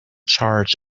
charge